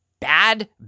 bad